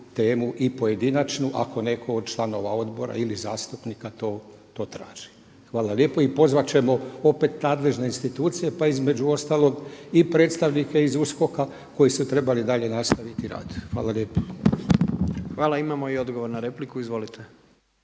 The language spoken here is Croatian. i pojedinačnu ako netko od članova odbora ili zastupnika to traži. Hvala lijepo. I pozvat ćemo opet nadležne institucije pa između ostalog i predstavnike iz USKOK-a koji su trebali dalje nastaviti rad. Hvala lijepo. **Jandroković, Gordan (HDZ)** Hvala. Imamo i odgovor na repliku, izvolite.